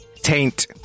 Taint